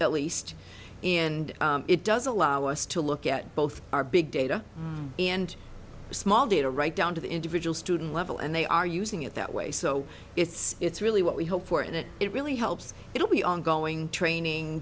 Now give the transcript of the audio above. at least in it does allow us to look at both our big data and small data right down to the individual student level and they are using it that way so it's really what we hope for and it really helps it'll be ongoing training